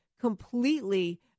completely